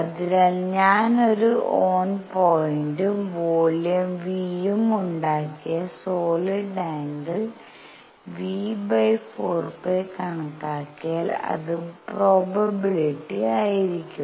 അതിനാൽ ഞാൻ ഒരു ഓൺ പോയിന്റും വോളിയം V ഉം ഉണ്ടാക്കിയ സോളിഡ് ആംഗിൾ v4 π കണക്കാക്കിയാൽ അത് പ്രോബബിലിറ്റി ആയിരിക്കും